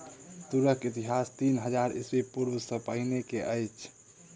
तूरक इतिहास तीन हजार ईस्वी पूर्व सॅ पहिने के अछि